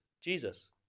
Jesus